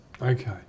Okay